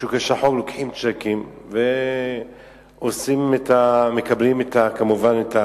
בשוק השחור לוקחים צ'קים ומקבלים את ה-1%,